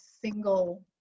single